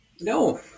No